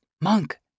monk